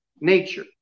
nature